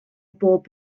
bob